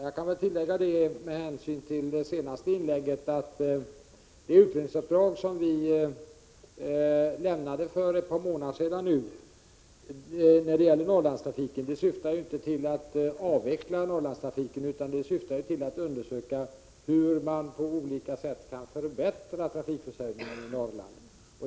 Jag kan väl tillägga med anledning av det senaste inlägget att det utredningsuppdrag som vi lämnade för ett par månader sedan när det gäller Norrlandstrafiken syftar inte till att avveckla Norrlandstrafiken utan det syftar till att undersöka hur man på olika sätt kan förbättra trafikförsörjningen i Norrland.